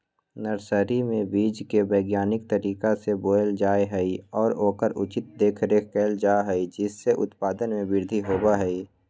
nursery में बीज के वैज्ञानिक तरीका से बोयल जा हई और ओकर उचित देखरेख कइल जा हई जिससे उत्पादन में वृद्धि होबा हई